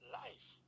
life